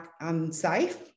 unsafe